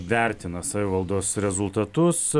vertina savivaldos rezultatus